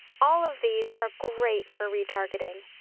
all of these are great for retargeting.